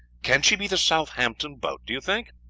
can she be the southampton boat, do you think?